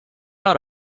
out